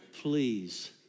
Please